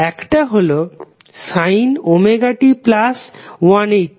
একটা হল sin ωt180